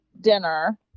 dinner